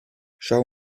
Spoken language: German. schau